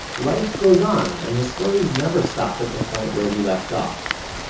life goes on, and the stories never stop at the point where we left off.